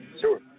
Sure